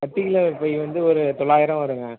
பத்து கிலோ பை வந்து ஒரு தொள்ளாயிரம் வருங்க